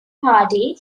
party